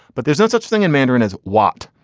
but there's no such thing in mandarin. as what?